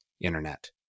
internet